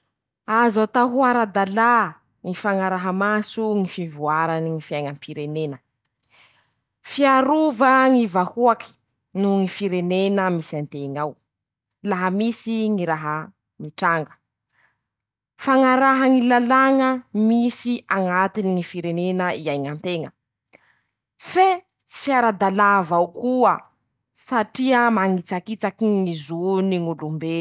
Azo atao ho ara-dalà ñy fañaraha maso ñy fivoarany ñy fiaiñam-pirenena. Fiarova ñy vahoaky no ñy firenena misy anteñ'ao, laha misy ñy raha mitranga, fañaraha ñy lalaña misy añatiny ñy firenena iaiña nteña, fe tsy ara-dalà avao koa, satria mañitsakitsaky ñy zo.